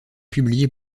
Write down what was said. publié